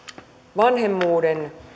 vanhemmuuden